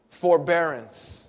forbearance